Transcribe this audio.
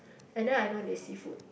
and then I know this seafood